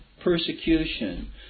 persecution